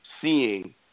seeing